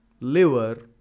liver